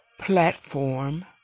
platform